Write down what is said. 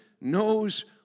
knows